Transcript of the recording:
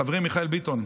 חברי מיכאל ביטון,